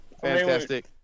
fantastic